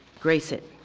grace it,